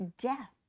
death